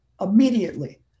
immediately